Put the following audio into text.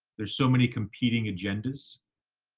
there's so many competing agendas